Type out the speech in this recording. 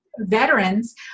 veterans